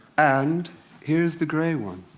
and here is the gray one.